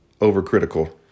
overcritical